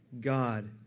God